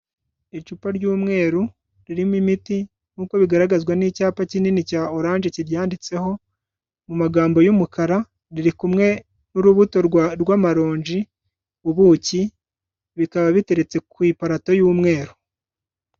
Icupa ry'umweru ririmo imiti, nk'uko bigaragazwa n'icyapa kinini cya oranje kiryanditseho mu magambo y'umukara, riri kumwe n'urubuto rw'amaronji, ubuki, bikaba biteretse ku iparato y'umweru.